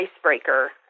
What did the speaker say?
icebreaker